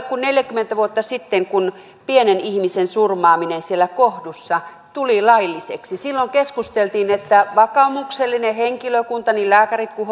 kuin neljäkymmentä vuotta siitä kun pienen ihmisen surmaaminen kohdussa tuli lailliseksi silloin keskusteltiin että vakaumuksellinen henkilökunta niin lääkärit kuin